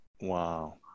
Wow